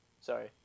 Sorry